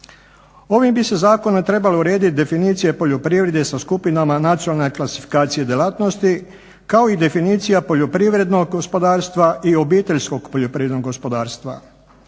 Ovim bi se zakonom trebali urediti definicije poljoprivrede sa skupinama nacionalne klasifikacije djelatnosti, kao i definicija poljoprivrednog gospodarstva i obiteljskog poljoprivrednog gospodarstva.